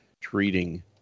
treating